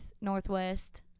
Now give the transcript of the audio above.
Northwest